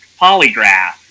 polygraph